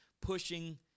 pushing